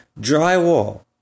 drywall